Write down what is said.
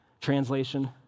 translation